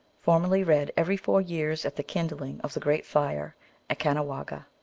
formerly read every four years at the kindling of the great fire at canawagha.